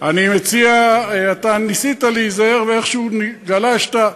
אני מציע, אתה ניסית להיזהר ואיכשהו גלשת.